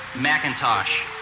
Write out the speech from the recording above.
Macintosh